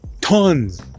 Tons